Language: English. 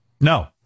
No